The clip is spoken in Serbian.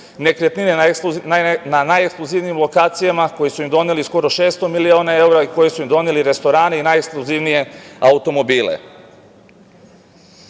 nekretnine na najekskluzivnijim lokacijama, koji su im doneli skoro 600 miliona evra i koji su im doneli restorane i najekskluzivnije automobile.U